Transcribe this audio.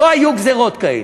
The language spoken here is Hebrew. לא היו גזירות כאלה,